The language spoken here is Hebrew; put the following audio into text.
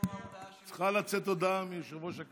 לצאת הודעה מיושב-ראש הכנסת.